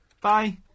Bye